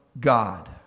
God